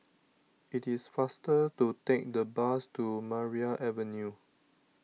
it is faster to take the bus to Maria Avenue